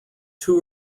two